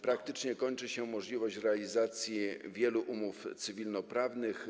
Praktycznie kończy się możliwość realizacji wielu umów cywilnoprawnych.